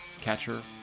Catcher